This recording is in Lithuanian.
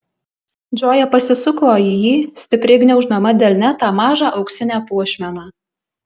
džoja pasisuko į jį stipriai gniauždama delne tą mažą auksinę puošmeną